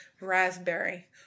Raspberry